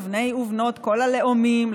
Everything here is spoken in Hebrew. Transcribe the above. לבני ובנות כל הלאומים,